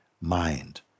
mind